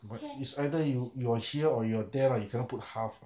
but it's either you you are here or there you cannot put half